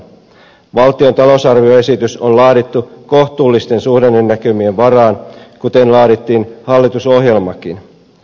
valtion talousarvioesitys on laadittu kohtuullisten suhdannenäkymien varaan kuten laadittiin hallitusohjelmakin